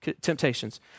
temptations